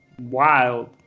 wild